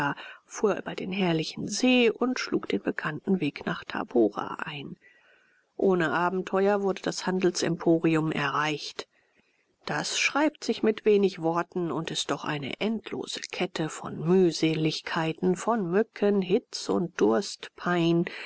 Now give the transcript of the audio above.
fuhr über den herrlichen see und schlug den bekannten weg nach tabora ein ohne abenteuer wurde das handelsemporium erreicht das schreibt sich mit wenig worten und ist doch eine endlose kette von mühseligkeiten von mücken hitz und durstpein